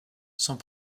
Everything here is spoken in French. sont